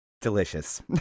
delicious